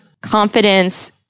confidence